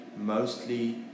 mostly